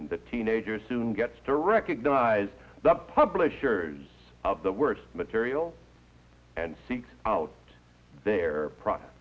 and the teenager soon gets to recognise the publishers of the words material and seeks out their product